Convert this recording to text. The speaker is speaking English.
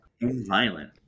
violent